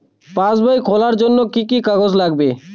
পাসবই খোলার জন্য কি কি কাগজ লাগবে?